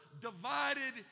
divided